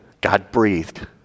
God-breathed